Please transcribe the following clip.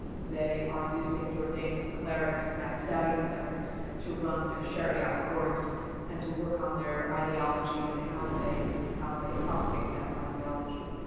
they are using jordanian clerics and saudi clerics to run their sharia courts and to work on their ideology and how they how they propagate that ideology.